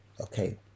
okay